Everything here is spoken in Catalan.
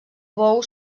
bou